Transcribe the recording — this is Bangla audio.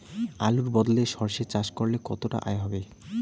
আলুর বদলে সরষে চাষ করলে কতটা আয় হবে?